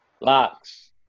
Locks